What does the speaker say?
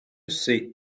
seat